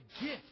gift